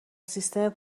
سیستم